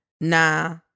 nah